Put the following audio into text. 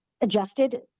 adjusted